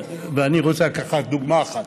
אני רוצה לקחת דוגמה אחת: